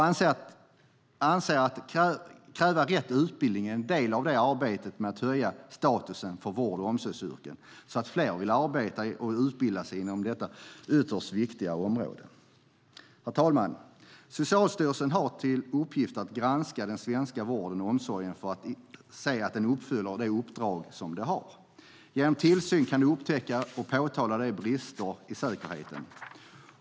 Att kräva rätt utbildning är en del av arbetet med att höja statusen på vård och omsorgsyrken, så att fler vill arbeta och utbilda sig inom detta ytterst viktiga område. Herr talman! Socialstyrelsen har till uppgift att granska den svenska vården och omsorgen för att se att den uppfyller de uppdrag som den har. Genom tillsyn kan de upptäcka och påtala brister i säkerheten.